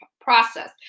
process